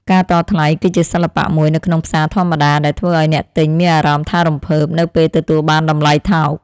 ការតថ្លៃគឺជាសិល្បៈមួយនៅក្នុងផ្សារធម្មតាដែលធ្វើឱ្យអ្នកទិញមានអារម្មណ៍ថារំភើបនៅពេលទទួលបានតម្លៃថោក។